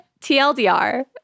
TLDR